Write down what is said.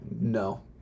No